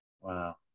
Wow